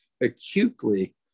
acutely